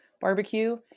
barbecue